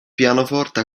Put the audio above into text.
pianoforte